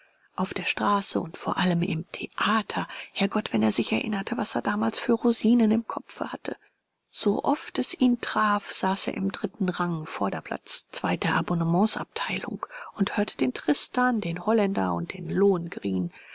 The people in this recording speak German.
auf der straße und vor allem im theater herrgott wenn er sich erinnerte was er damals für rosinen im kopfe hatte so oft es ihn traf saß er im dritten rang vorderplatz zweite abonnementsabteilung und hörte den tristan den holländer und den